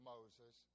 Moses